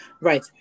Right